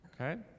Okay